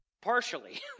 Partially